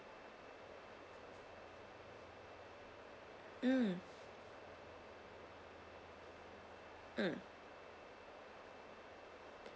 mm mm